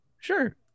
sure